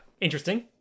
Interesting